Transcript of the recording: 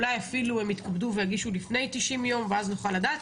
אולי אפילו הם יתכבדו ויגישו לפני 90 יום ואז נוכל לדעת.